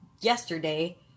yesterday